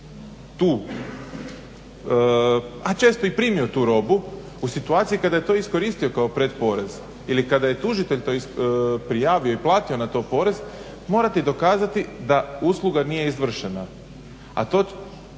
tu, a često i primio tu robu u situaciji kada je to iskoristio kao pred porez ili kada je tužitelj to prijavio i platio na to porez, morati dokazati da usluga nije izvršena. A to